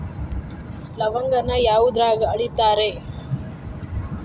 ಲವಂಗಾನ ಯಾವುದ್ರಾಗ ಅಳಿತಾರ್ ರೇ?